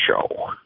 show